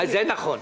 זה נכון.